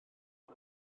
sut